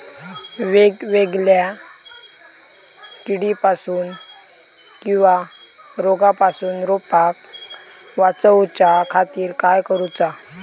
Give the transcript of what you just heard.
वेगवेगल्या किडीपासून किवा रोगापासून रोपाक वाचउच्या खातीर काय करूचा?